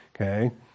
Okay